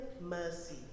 mercy